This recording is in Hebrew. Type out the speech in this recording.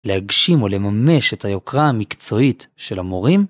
להגשים או לממש את היוקרה המקצועית של המורים